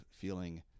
feeling